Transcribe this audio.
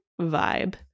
vibe